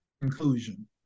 conclusion